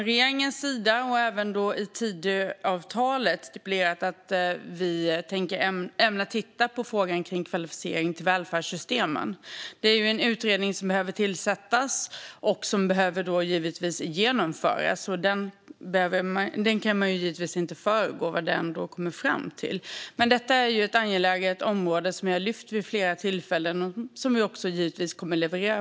Regeringen har stipulerat, även i Tidöavtalet, att vi ämnar titta på kvalificering till välfärdssystemen. En utredning behöver tillsättas och genomföras. Vad den kommer fram till kan man givetvis inte föregå. Detta är ett angeläget område som vi har lyft upp vid flera tillfällen och där vi kommer att leverera.